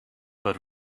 but